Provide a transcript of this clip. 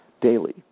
daily